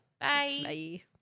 bye